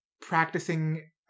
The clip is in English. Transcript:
practicing